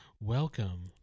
welcome